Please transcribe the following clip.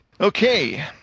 Okay